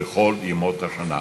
בכל ימות השנה.